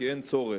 כי אין צורך.